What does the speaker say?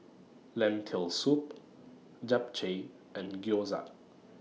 Lentil Soup Japchae and Gyoza